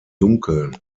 dunkeln